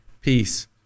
peace